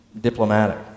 diplomatic